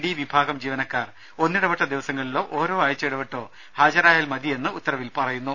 D വിഭാഗം ജീവനക്കാർ ഒന്നിടവിട്ട ദിവസങ്ങളിലോ ഓരോ ആഴ്ച ഇടവിട്ടോ ഹാജരായാൽ മതിയെന്ന് ഉത്തരവിൽ പറയുന്നു